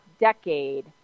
decade